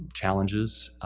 challenges.